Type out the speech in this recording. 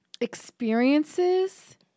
experiences